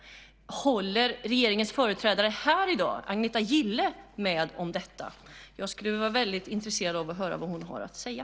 Håller regeringens företrädare här i dag, Agneta Gille, med om detta? Jag skulle vara väldigt intresserad av att höra vad hon har att säga.